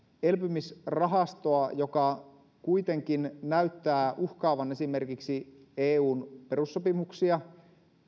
elpymisrahastoa joka kuitenkin näyttää uhkaavan esimerkiksi eun perussopimuksia